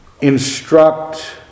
instruct